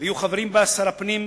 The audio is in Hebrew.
ויהיו חברים בה שר הפנים,